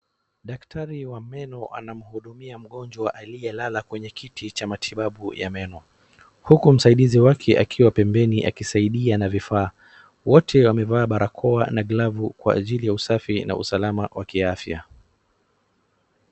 Daktari wa meno anamhudumia mgonjwa aliyelala kwenye kiti cha matibabu ya meno, huku msaidizi wake akiwa pembeni akisaidia na vifaa. Wote wamevaa barakoa na glovu kwa ajili ya usafi na usalama wa kiafya.